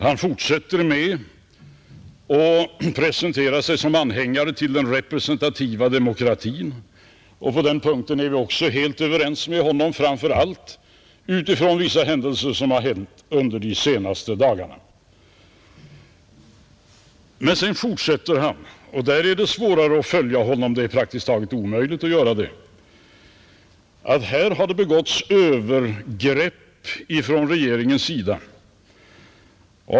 Han fortsatte med att presentera sig som anhängare till den representativa demokratin, och på den punkten är vi också helt överens med honom, framför allt med tanke på vissa händelser som har inträffat under de senaste dagarna. Men sedan sade han — och där är det svårare, ja, praktiskt taget omöjligt att följa honom — att det har begåtts övergrepp från regeringens sida.